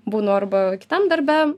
būnu arba kitam darbe